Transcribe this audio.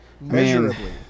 measurably